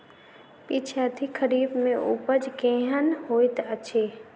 पिछैती खरीफ मे उपज केहन होइत अछि?